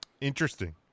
interesting